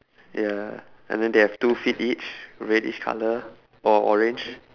ya and then they have two feet each reddish colour or orange